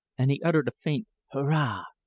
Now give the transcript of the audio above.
and he uttered a faint hurrah!